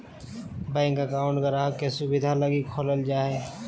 bank account गाहक़ के सुविधा लगी खोलल जा हय